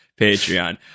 patreon